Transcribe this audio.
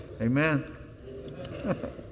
Amen